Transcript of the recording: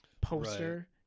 poster